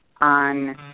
on